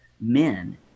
men